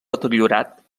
deteriorat